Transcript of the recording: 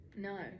No